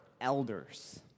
elders